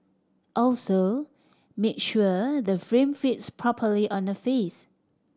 also make sure the frame fits properly on the face